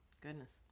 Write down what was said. goodness